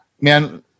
man